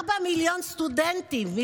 ראשונת הדוברים, חברת הכנסת דבי